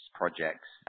projects